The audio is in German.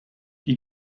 die